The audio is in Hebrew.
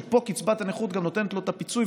שפה קצבת הנכות גם נותנת לו את הפיצוי,